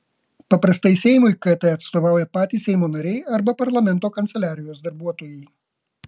paprastai seimui kt atstovauja patys seimo nariai arba parlamento kanceliarijos darbuotojai